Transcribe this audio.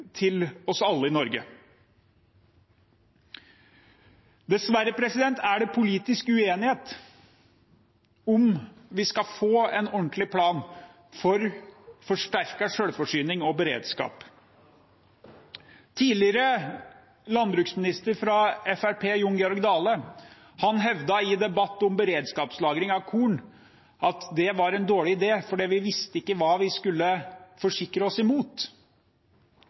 oss alle i Norge. Dessverre er det politisk uenighet om vi skal få en ordentlig plan for forsterket selvforsyning og beredskap. Tidligere landbruksminister fra Fremskrittspartiet Jon Georg Dale hevdet i en debatt om beredskapslagring av korn at det var en dårlig idé fordi vi ikke visste hva vi skulle forsikre oss